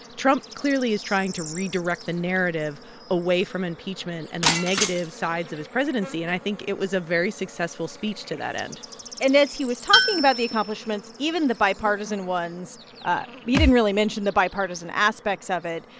trump clearly is trying to redirect the narrative away from impeachment and the negative sides of his presidency. and i think it was a very successful speech to that end and as he was talking about the accomplishments, even the bipartisan ones ah he didn't really mention the bipartisan aspects of it.